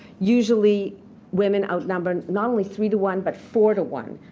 usually women outnumber not only three to one, but four to one.